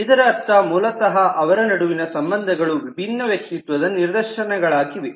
ಇದರರ್ಥ ಮೂಲತಃ ಅವರ ನಡುವಿನ ಸಂಬಂಧಗಳು ವಿಭಿನ್ನ ವ್ಯಕ್ತಿತ್ವದ ನಿದರ್ಶನಗಳಾಗಿವೆ